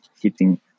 hitting